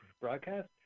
broadcast